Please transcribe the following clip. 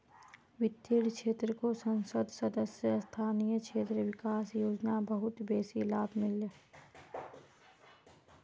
वित्तेर क्षेत्रको संसद सदस्य स्थानीय क्षेत्र विकास योजना बहुत बेसी लाभ मिल ले